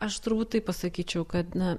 aš turbūt taip pasakyčiau kad na